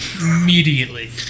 Immediately